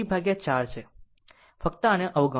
ફક્ત આને અવગણો